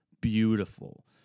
beautiful